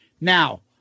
now